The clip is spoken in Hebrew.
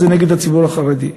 זה נגד הציבור החרדי.